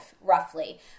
roughly